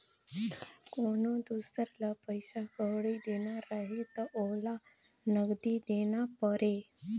कोनो दुसर ल पइसा कउड़ी देना रहें त ओला नगदी देना परे